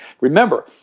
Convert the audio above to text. remember